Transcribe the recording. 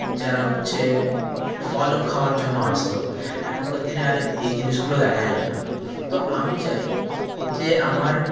যারা হচ্ছে ফল খাওয়ার জন্য আসতো এখনকার দিনে আর এই জিনিসগুলো দেখা যায় না তো আমি চাই যে আমার